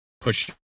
push